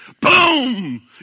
Boom